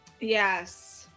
Yes